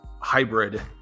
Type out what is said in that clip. hybrid